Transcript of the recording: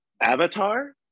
Avatar